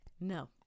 No